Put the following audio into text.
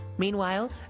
Meanwhile